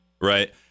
Right